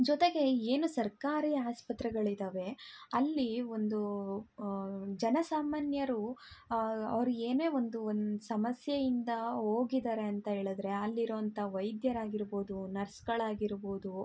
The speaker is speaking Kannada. ಜೊತೆಗೆ ಏನು ಸರ್ಕಾರಿ ಆಸ್ಪತ್ರೆಗಳಿದ್ದಾವೆ ಅಲ್ಲಿ ಒಂದು ಜನಸಾಮಾನ್ಯರು ಅವ್ರು ಏನೇ ಒಂದು ಒಂದು ಸಮಸ್ಯೆಯಿಂದ ಹೋಗಿದ್ದಾರೆ ಅಂತ ಹೇಳದ್ರೆ ಅಲ್ಲಿರೋಂಥ ವೈದ್ಯರಾಗಿರ್ಬೋದು ನರ್ಸ್ಗಳಾಗಿರ್ಬೋದು